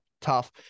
tough